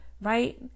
right